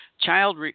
Child